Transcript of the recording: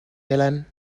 helene